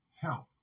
help